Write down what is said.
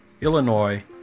Illinois